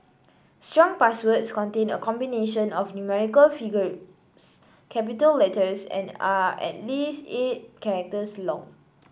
strong passwords contain a combination of numerical figures capital letters and are at least eight characters long